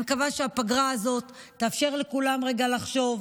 אני מקווה שהפגרה הזאת תאפשר לכולם רגע לחשוב,